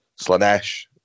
Slanesh